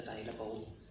available